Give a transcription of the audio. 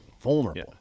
Vulnerable